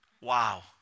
Wow